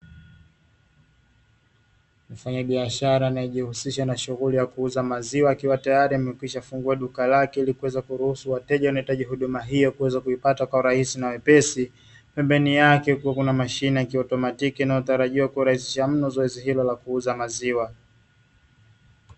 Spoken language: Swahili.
Mfanyabiashara anayejihusisha na shughuli ya kuuza maziwa akiwa tayari ameshafungua duka lake ili kuweza kuruhusu wateja wanaohitaji huduma hiyo kuweza kupata kwa urahisi na wepesi. Pembeni yake kukiwa na mashine ya kiotamatiki inayotarajiwa kurahisisha mno zoezi hilo la kuuza maziwa.